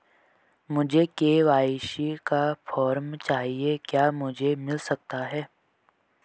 मुझे के.वाई.सी का फॉर्म चाहिए क्या मुझे मिल सकता है?